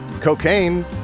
cocaine